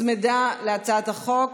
שהוצמדה להצעת החוק.